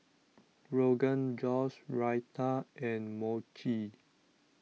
Rogan Josh Raita and Mochi